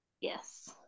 Yes